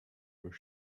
where